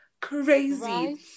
crazy